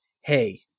hey –